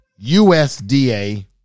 USDA